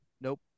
Nope